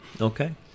Okay